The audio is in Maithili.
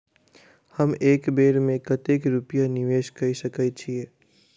हम एक बेर मे कतेक रूपया निवेश कऽ सकैत छीयै?